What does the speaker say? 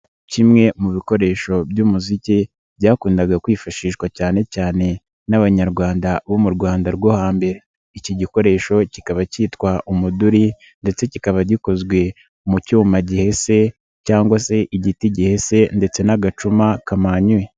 Kimwe mu bikoresho by'umuziki byakundaga kwifashishwa cyane cyane n'Abanyarwanda bo mu Rwanda rwo hambere. Iki gikoresho kikaba kitwa umuduri ndetse kikaba gikozwe mu cyuma gihese cyangwa se igiti gihese ndetse n'agacuma kamanyuye.